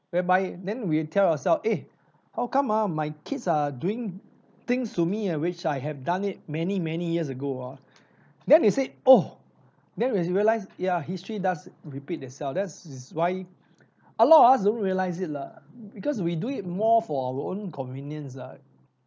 whereby then we tell ourselves eh how come ah my kids are doing things to me ah which I have done it many many years ago ah then they say oh then they realized ya history does repeat itself that is why a lot of us don't realize it lah because we do it more for our own convenience ah